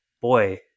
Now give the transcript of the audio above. boy